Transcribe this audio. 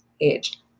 age